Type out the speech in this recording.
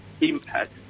impact